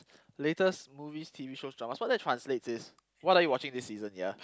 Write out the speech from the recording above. latest movies T_V shows dramas what that translates is what are you watching this season ya